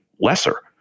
lesser